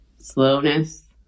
slowness